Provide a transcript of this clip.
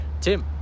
tim